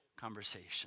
conversation